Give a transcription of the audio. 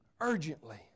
urgently